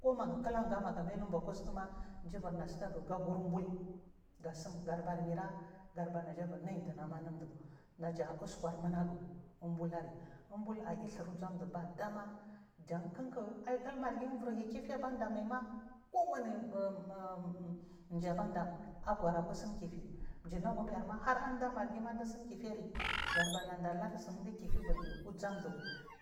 Kunagu kiraga managa mailu ubs kwzhuguma jiburnu sikagu gag ur unbul gatsin gadabar mura najabur naily chanama anundu naja uskur mumagu umbul ayidhir uz amɗu baɗama jan kiku aimargi ma iburyukifi banɗamaima kur wanidu jiban ɗan agora aku tsin kifi jinagu arma har amda maargi atsum kefiri gadabar nada lursindikifi aubur mul uzamadull